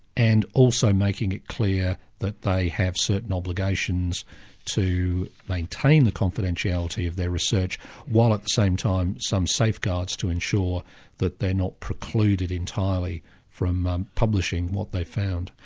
and also making it clear that they have certain obligations to maintain the confidentiality of their research while, at the same time, some safeguards to ensure that they're not precluded entirely from publishing what they've found.